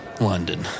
London